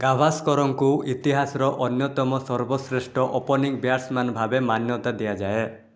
ଗାଭାସ୍କରଙ୍କୁ ଇତିହାସର ଅନ୍ୟତମ ସର୍ବଶ୍ରେଷ୍ଠ ଓପନିଂ ବ୍ୟାଟ୍ସମ୍ୟାନ୍ ଭାବେ ମାନ୍ୟତା ଦିଆଯାଏ